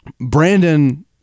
Brandon